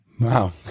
Wow